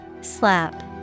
Slap